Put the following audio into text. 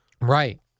right